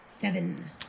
Seven